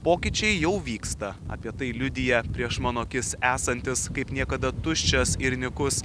pokyčiai jau vyksta apie tai liudija prieš mano akis esantis kaip niekada tuščias ir nykus